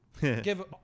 Give